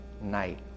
night